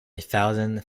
thousand